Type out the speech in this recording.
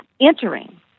entering